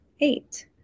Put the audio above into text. eight